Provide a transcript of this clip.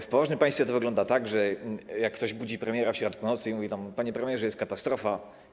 W poważnym państwie to wygląda tak, że ktoś budzi premiera w środku nocy i mówi: Panie premierze, jest katastrofa.